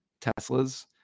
teslas